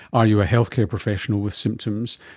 are you a healthcare professional with symptoms,